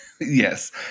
Yes